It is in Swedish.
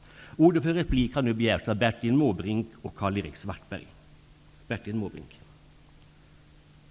Eftersom Alf Svensson redovisade sin uppfattning anser jag det angeläget att även talmannen markerar sin uppfattning i riksdagens protokoll.